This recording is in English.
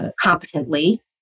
competently